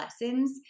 lessons